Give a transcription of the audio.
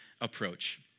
approach